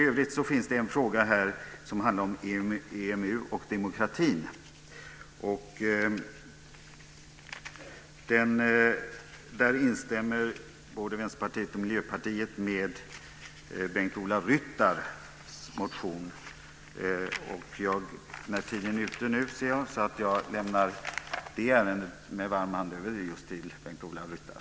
I övrigt finns det en fråga som handlar om EMU och demokratin. Där instämmer både Vänsterpartiet och Miljöpartiet med Bengt-Ola Ryttars motion. Tiden är ute nu, ser jag, så jag lämnar med varm hand över det ärendet till just Bengt-Ola Ryttar.